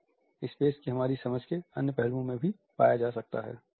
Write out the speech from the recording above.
यह स्पेस की हमारी समझ के अन्य पहलुओं में भी पाया जा सकता है